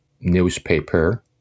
newspaper